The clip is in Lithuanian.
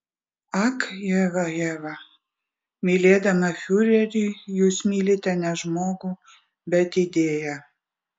ak eva eva mylėdama fiurerį jūs mylite ne žmogų bet idėją